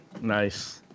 Nice